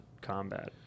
combat